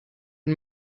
und